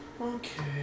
Okay